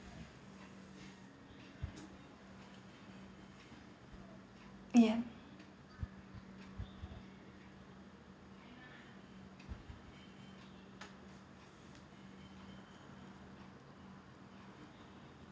ya